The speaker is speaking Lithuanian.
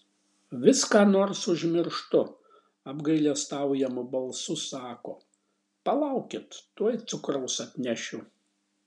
vis ką nors užmirštu apgailestaujamu balsu sako palaukit tuoj cukraus atnešiu